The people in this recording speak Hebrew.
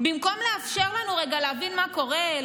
במקום לאפשר לנו רגע להבין מה קורה,